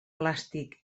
plàstic